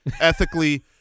ethically